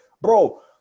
Bro